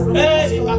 Hey